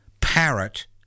parrot